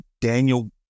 daniel